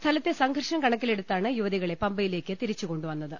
സ്ഥലത്തെ സംഘർഷം കണക്കിലെടുത്താണ് യുവതികളെ പമ്പയിലേക്ക് തിരിച്ചുകൊണ്ടുവന്നത്